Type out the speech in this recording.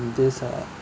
this uh